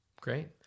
Great